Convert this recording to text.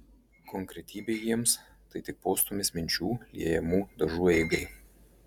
konkretybė jiems tai tik postūmis minčių liejamų dažų eigai